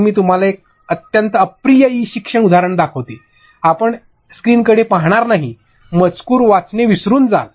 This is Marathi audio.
पण मी तुम्हाला एक अत्यंत अप्रिय ई शिक्षण उदाहरण दाखवते आपण स्क्रीनकडे पाहणार नाही मजकूर वाचणे विसरून जाल